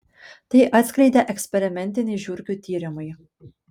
tai atskleidė eksperimentiniai žiurkių tyrimai